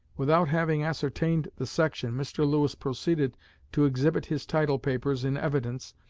without having ascertained the section, mr. lewis proceeded to exhibit his title papers in evidence,